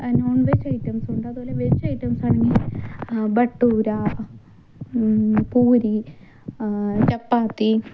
non veg items ഉണ്ട് അതുപോലെ veg items ആണെങ്കിൽ ബട്ടൂര പൂരി ചപ്പാത്തി